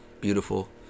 Beautiful